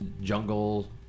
jungle